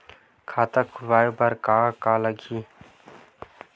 खाता खुलवाय बर का का लगही?